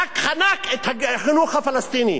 רק חנק את החינוך הפלסטיני.